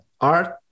art